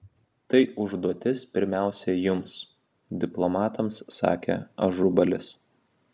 tai užduotis pirmiausia jums diplomatams sakė ažubalis